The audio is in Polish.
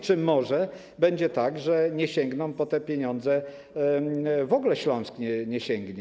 Czy może będzie tak, że nie sięgną po te pieniądze, w ogóle Śląsk nie sięgnie?